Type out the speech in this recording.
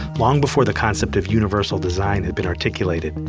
long before the concept of universal design had been articulated,